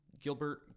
Gilbert